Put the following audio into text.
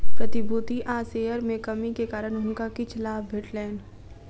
प्रतिभूति आ शेयर में कमी के कारण हुनका किछ लाभ भेटलैन